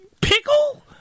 pickle